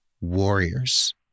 warriors